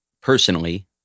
Personally